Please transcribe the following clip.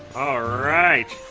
alright.